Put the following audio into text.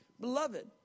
beloved